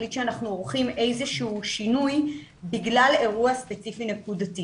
ולהחליט שאנחנו עורכים איזשהו שינוי בגלל אירוע ספציפי נקודתי.